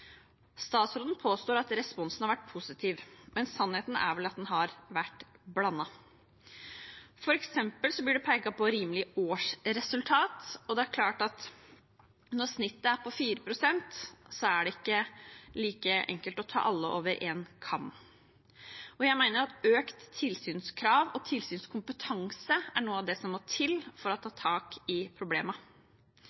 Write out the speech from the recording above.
Statsråden påstår at responsen har vært positiv, men sannheten er vel at den har vært blandet. For eksempel blir det pekt på rimelig årsresultat, og det er klart at når snittet er på 4 pst., er det ikke like enkelt å skjære alle over én kam. Jeg mener at økte tilsynskrav og økt tilsynskompetanse er noe av det som må til for å ta